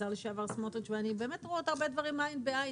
השר לשעבר סמוטריץ' ואני באמת רואים הרבה דברים עין ובעין